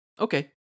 Okay